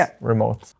remote